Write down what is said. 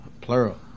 plural